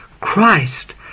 Christ